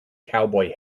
cowboy